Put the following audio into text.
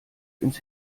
ins